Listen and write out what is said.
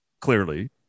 clearly